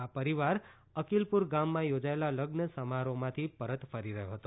આ પરિવાર અકીલપુર ગામમાં યોજાયેલા લઝ્ન સમારોહમાંથી પરત ફરી રહ્યો હતો